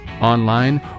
online